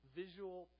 visual